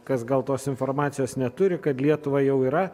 kas gal tos informacijos neturi kad lietuvą jau yra